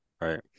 right